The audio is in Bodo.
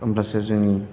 होनब्लासो जोंनि